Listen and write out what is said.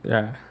ya